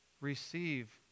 Receive